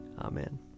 Amen